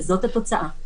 וזאת התוצאה.